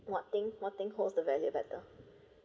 what thing what thing holds the value better